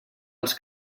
als